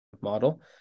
model